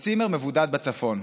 בצימר מבודד בצפון?